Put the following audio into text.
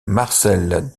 marcel